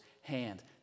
hand